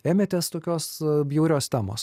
ėmėtės tokios bjaurios temos